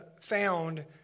found